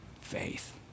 faith